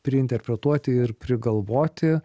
priinterpretuoti ir prigalvoti